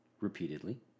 repeatedly